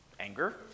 Anger